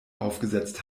aufgesetzt